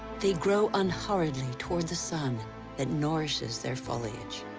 they grow unhurriedly toward the sun that nourishes their foliage.